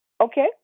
Okay